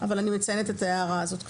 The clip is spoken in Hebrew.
אבל אני מציינת את הערה הזאת כבר.